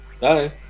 Bye